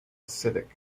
acidic